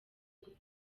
gutera